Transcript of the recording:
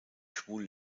schwul